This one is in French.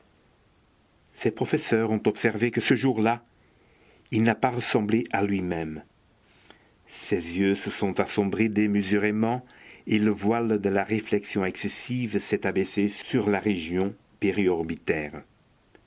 ses professeurs ont observé que ce jour-là il n'a pas ressemblé à lui-même ses yeux se sont assombris démesurément et le voile de la réflexion excessive s'est abaissé sur la région